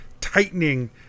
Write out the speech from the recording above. tightening